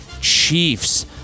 Chiefs